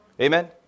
Amen